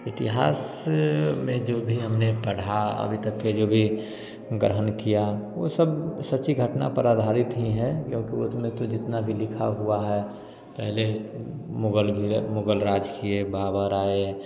इतिहास में जो भी हमने पढ़ा अभी तक के जो भी ग्रहण किया वो सब सच्ची घटना पर अधारित ही है क्योंकि जितना भी लिखा हुआ है पहले ही मुग़ल भी मुग़ल राज किए बाबर आए